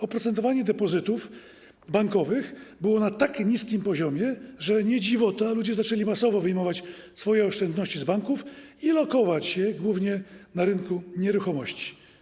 Oprocentowanie depozytów bankowych było na tak niskim poziomie, że nie dziwota, że ludzie zaczęli masowo wyjmować swoje oszczędności z banków i lokować je głównie na rynku nieruchomości.